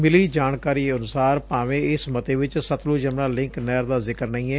ਮਿੱਲੀ ਜਾਣਕਾਰੀ ਅਨੁਸਾਰ ਭਾਵੇਂ ਇਸ ਮੱਤੇ ਵਿਚ ਸਤਲੁਜ ਯਮੁਨਾ ਲਿੰਕ ਨਹਿਰ ਦਾ ਜ਼ਿਕਰ ਨਹੀਂ ਏ